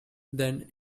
then